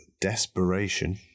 desperation